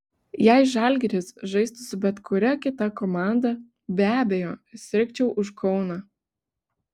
jei žalgiris žaistų su bet kuria kita komanda be abejo sirgčiau už kauną